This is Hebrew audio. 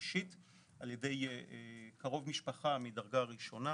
אישית על ידי קרוב משפחה מדרגה ראשונה.